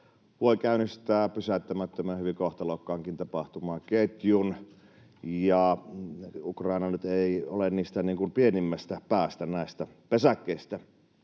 voi käynnistää pysäyttämättömän, hyvin kohtalokkaankin tapahtumaketjun. Ukraina nyt ei ole pienimmästä päästä näitä pesäkkeitä.